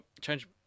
change